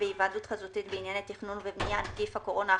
בהיוועדות חזותית בענייני תכנון ובנייה (נגיף הקורונה החדש,